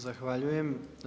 Zahvaljujem.